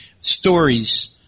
Stories